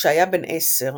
כשהיה בן עשר,